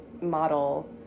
model